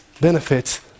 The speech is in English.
benefits